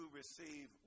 receive